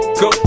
go